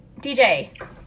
DJ